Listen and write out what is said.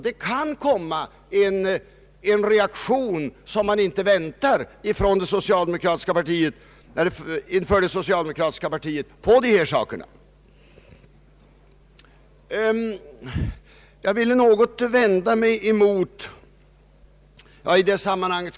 Det kan komma en reaktion som man inte väntar sig inom det socialdemokratiska partiet på dessa saker.